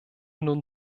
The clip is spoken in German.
nun